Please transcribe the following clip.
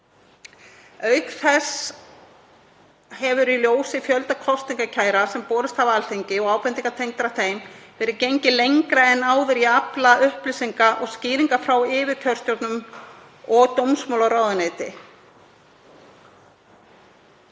Auk þess hefur, í ljósi fjölda kosningakæra sem borist hafa Alþingi og ábendinga tengdra þeim, verið gengið lengra en áður í að afla upplýsinga og skýringa frá yfirkjörstjórnum og dómsmálaráðuneyti.